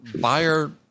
buyer